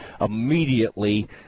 immediately